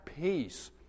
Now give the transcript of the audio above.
peace